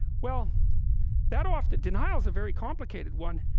well that often denial is a very complicated one